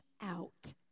out